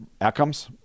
outcomes